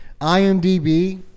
IMDb